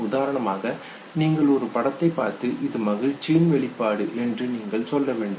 உதாரணமாக நீங்கள் ஒரு படத்தைப் பார்த்து இது மகிழ்ச்சியின் வெளிப்பாடு என்று நீங்கள் சொல்ல வேண்டும்